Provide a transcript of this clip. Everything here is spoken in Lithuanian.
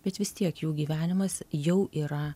bet vis tiek jų gyvenimas jau yra